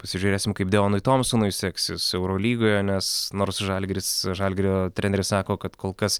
pasižiūrėsim kaip deonui tomsonui seksis eurolygoje nes nors žalgiris žalgirio treneris sako kad kol kas